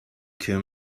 kill